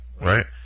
Right